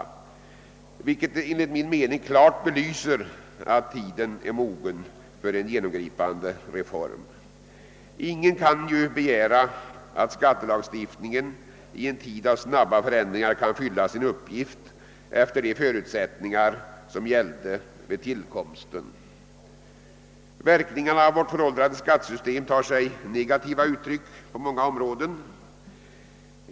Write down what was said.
Detta belyser enligt min mening klart att tiden är mogen för en genomgripande reform. Ingen kan ju begära att skattelagstiftningen i en tid av snabba förändringar skall kunna fylla sin uppgift efter de förutsättningar som gällde vid tillkomsten. Verkningarna av vårt föråldrade skattesystem tar sig negativa uttryck på många områden.